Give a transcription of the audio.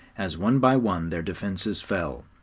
as one by one their defences fell,